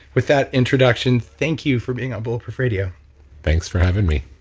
with that introduction, thank you for being on bulletproof radio thanks for having me